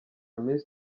miss